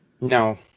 No